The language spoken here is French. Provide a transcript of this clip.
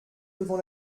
devant